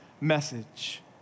message